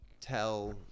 tell